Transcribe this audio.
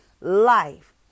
life